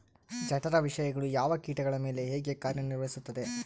ಜಠರ ವಿಷಯಗಳು ಯಾವ ಕೇಟಗಳ ಮೇಲೆ ಹೇಗೆ ಕಾರ್ಯ ನಿರ್ವಹಿಸುತ್ತದೆ?